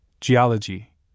Geology